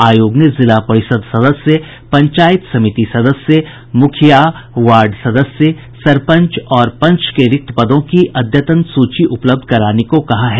आयोग ने जिला परिषद सदस्य पंचायत समिति सदस्य मुखिया वार्ड सदस्य सरपंच और पंच के रिक्त पदों की अद्यतन सूची उपलब्ध कराने को कहा है